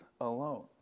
alone